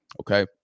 okay